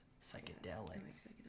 psychedelics